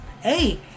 hey